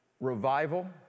Revival